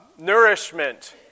nourishment